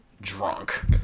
drunk